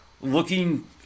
looking